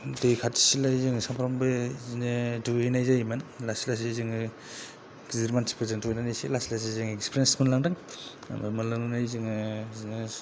दै खाथिलाय जोङो सानफ्रामबो बिदिनो दुगैनाय जायोमोन लासै लासै जोङो गिदिर मानसिफोरजों दुगैनानै एसे लासै लासै एक्सपिरियेन्स मोनलांदों मोनलांनानै जोङो बिदिनो